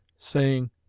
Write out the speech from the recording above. saying,